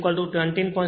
I1 20